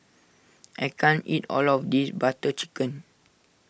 I can't eat all of this Butter Chicken